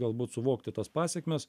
galbūt suvokti tas pasekmes